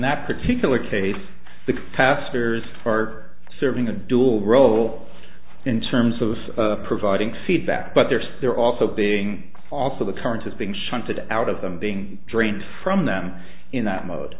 that particular case the capacitors are serving a dual role in terms of providing feedback but there's there are also being also the current is being shunted out of them being drained from them in that mode